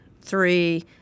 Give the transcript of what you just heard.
three